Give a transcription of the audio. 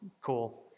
Cool